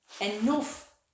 enough